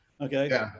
Okay